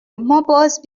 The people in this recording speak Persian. ماباز